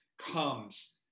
comes